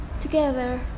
together